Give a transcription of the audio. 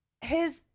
his-